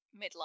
midlife